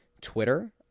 Twitter